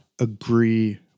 agree